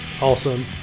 Awesome